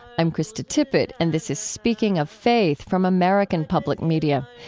i'm krista tippett, and this is speaking of faith from american public media.